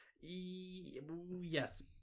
Yes